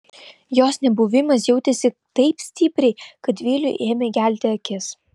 jos nebuvimas jautėsi taip stipriai kad viliui ėmė gelti akis